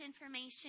information